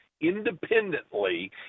independently